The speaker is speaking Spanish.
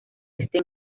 este